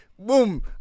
Boom